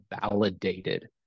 validated